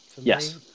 yes